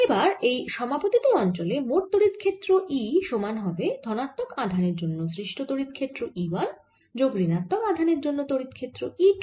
এবার এই সমাপতিত অঞ্চলে মোট তড়িৎ ক্ষেত্র E সমান হবে ধনাত্মক আধানের জন্য সৃষ্ট তড়িৎ ক্ষেত্র E 1 যোগ ঋণাত্মক আধানের জন্য তড়িৎ ক্ষেত্র E 2